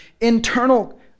internal